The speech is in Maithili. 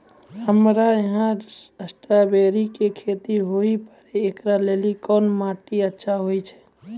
हमरा यहाँ स्ट्राबेरी के खेती हुए पारे, इकरा लेली कोन माटी अच्छा होय छै?